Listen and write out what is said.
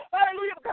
Hallelujah